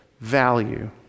value